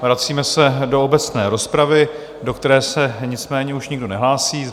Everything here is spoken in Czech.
Vracíme se do obecné rozpravy, do které se nicméně už nikdo nehlásí.